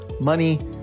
money